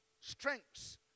strengths